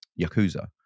Yakuza